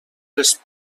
les